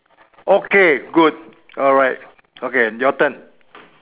okay good alright okay your turn